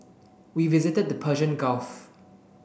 we visited the Persian Gulf